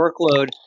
workload